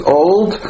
old